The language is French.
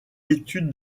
études